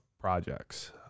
projects